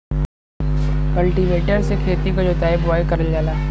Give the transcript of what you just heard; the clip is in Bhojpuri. कल्टीवेटर से खेती क जोताई बोवाई करल जाला